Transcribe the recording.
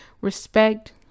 respect